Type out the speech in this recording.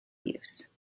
use